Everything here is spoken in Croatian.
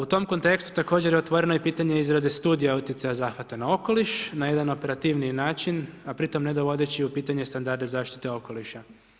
U tom kontekstu također je otvoreno i pitanje i izrade Studija utjecaja zahvata na okoliš, na jedan operativniji način, a pritom ne dovodeći u pitanje standarde zaštite okoliša.